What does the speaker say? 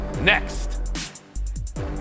Next